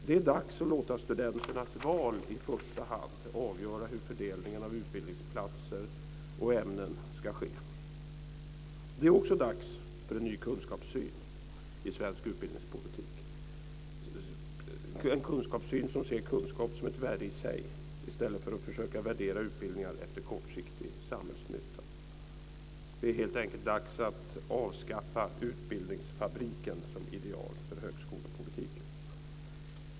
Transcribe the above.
Det är dags att låta studenternas val i första hand avgöra hur fördelningen av utbildningsplatser och ämnen ska ske. Det är också dags för en ny kunskapssyn i svensk utbildningspolitik, en kunskapssyn som ser kunskap som ett värde i sig i stället för att försöka värdera utbildningar efter kortsiktig samhällsnytta. Det är helt enkelt dags att avskaffa utbildningsfabriken som ideal för högskolepolitiken.